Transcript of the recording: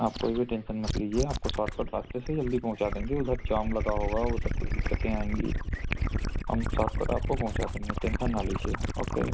आप कोई भी टेन्सन मत लीजिए आपको सॉट कट रास्ते से जल्दी पहुंचा देंगे उधर जाम लगा होगा उधर कुछ दिक्कते आएँगी हम सॉट कट आपको पहुँचा देंगे टेन्सन ना लीजिए ओके